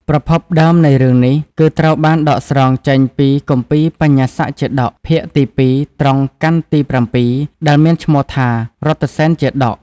ប្រភពដើមនៃរឿងនេះ គឺត្រូវបានដកស្រង់ចេញពី គម្ពីរបញ្ញាសជាតក ភាគទី២ ត្រង់កណ្ឌទី៧ ដែលមានឈ្មោះថា រថសេនជាតក។